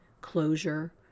closure